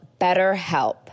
BetterHelp